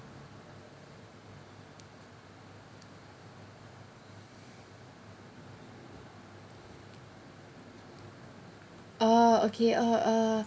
oh okay oh uh